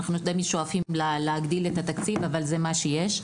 אנחנו תמיד שואפים להגדיל את התקציב אבל זה מה שיש.